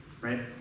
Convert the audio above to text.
right